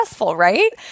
Right